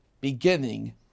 beginning